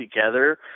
together